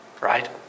Right